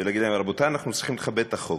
ולהגיד להם: רבותי, אנחנו צריכים לכבד את החוק,